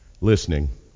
listening